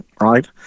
right